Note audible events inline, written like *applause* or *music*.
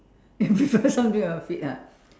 *laughs* you prefer something on your feet ah